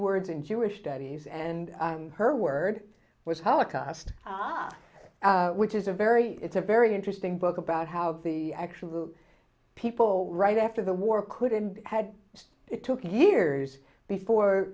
words in jewish studies and her word was holocaust which is a very it's a very interesting book about how the actual people right after the war could end had it took years before